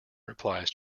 replies